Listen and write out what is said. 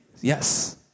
Yes